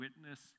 witness